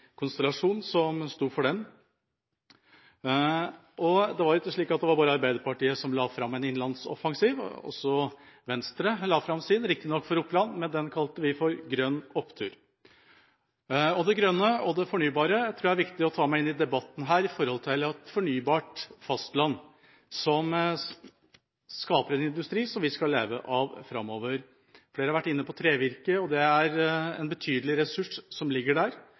innlandsoffensiv; også Venstre la fram sin, riktignok for Oppland, men den kalte vi for Grønn Opptur. Jeg tror det er viktig å ta det grønne og fornybare med inn i debatten om et fornybart fastland som skaper industri som vi skal leve av framover. Flere har vært inne på trevirke, og det er en betydelig ressurs som ligger der.